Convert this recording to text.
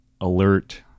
alert